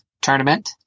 tournament